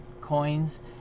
coins